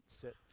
sit